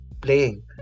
playing